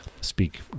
speak